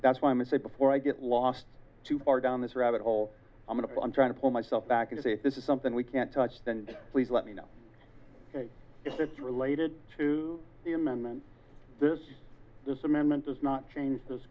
that's why i say before i get lost too far down this rabbit hole i'm going on trying to pull myself back and say this is something we can't touch then please let me know if it's related to the amendment this amendment does not change this